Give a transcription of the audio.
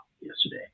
yesterday